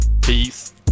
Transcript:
Peace